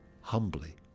humbly